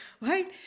right